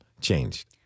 changed